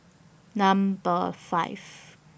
Number five